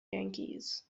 yankees